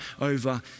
over